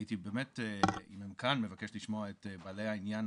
הייתי באמת כאן מבקש לשמוע את בעלי העניין